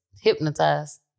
hypnotized